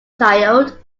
child